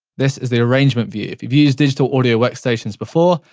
this is the arrangement view. if you've used digital audio workstations before,